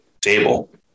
table